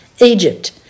Egypt